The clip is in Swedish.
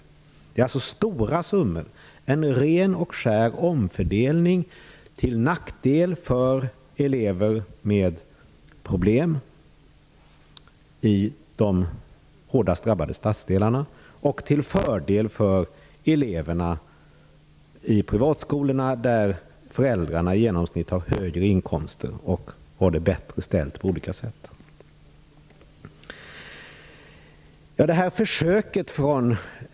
Det gäller alltså stora summor och en ren och skär omfördelning -- till nackdel för de elever som har problem och som återfinns i de hårdast drabbade stadsdelarna, men till fördel för elever som går i privatskolor och vars föräldrar i genomsnitt har det bättre ställt på olika sätt och högre inkomster.